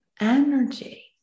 energy